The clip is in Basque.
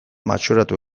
matxuratu